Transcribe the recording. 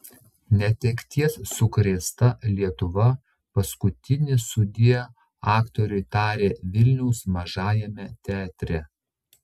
netekties sukrėsta lietuva paskutinį sudie aktoriui tarė vilniaus mažajame teatre